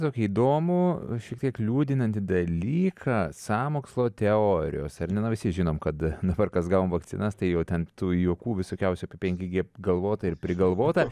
tokį įdomų šie tiek liūdinantį dalyką sąmokslo teorijos ar ne na visi žinom kad dabar kas gavom vakcinas tai ten tų juokų visokiausių apie penki gie galvota ir prigalvota